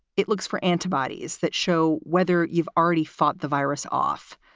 it looks for antibodies that show whether you've already fought the virus off.